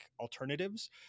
alternatives